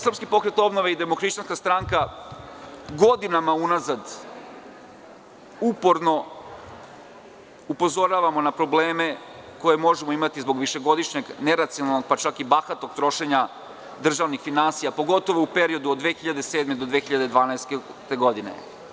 Srpski pokret obnove i Demohrišćanska stranka godinama unazad upozoravamo na probleme koje možemo imati zbog višegodišnjeg neracionalnog, pa čak i bahatog trošenja državnih finansija, pogotovo u periodu od 2007. do 2012. godine.